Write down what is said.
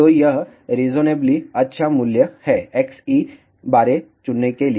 तो यह रेसोनबली अच्छा मूल्य है Xe बारे चुनने के लिए